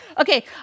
Okay